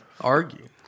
argue